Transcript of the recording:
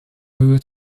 höhe